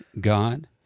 God